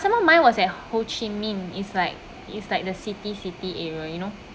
some more mine was at ho chi minh is like is like the city city area you know